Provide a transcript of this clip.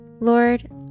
Lord